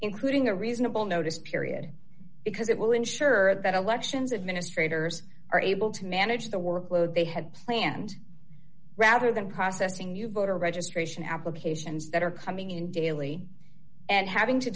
including a reasonable notice period because it will ensure that elections administrators are able to manage the workload they had planned rather than processing new voter registration applications that are coming in daily and having to